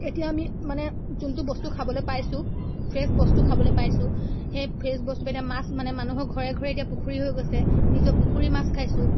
এতিয়া আমি মানে যোনটো বস্তু খাবলৈ পাইছো ফ্ৰেছ বস্তু খাবলৈ পাইছো সেই ফ্ৰেছ বস্তু এতিয়া মাছ মানে মানুহৰ ঘৰে ঘৰে এতিয়া পুখুৰী হৈ গৈছে নিজৰ পুখুৰীৰ মাছ খাইছো